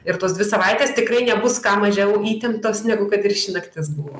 ir tos dvi savaitės tikrai nebus ką mažiau įtemptos negu kad ir ši naktis buvo